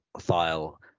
file